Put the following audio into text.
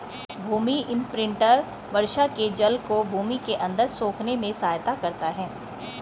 भूमि imprinter वर्षा के जल को भूमि के अंदर सोखने में सहायता करता है